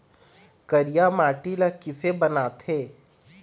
करिया माटी ला किसे बनाथे?